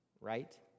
right